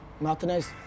Martinez